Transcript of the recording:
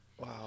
Wow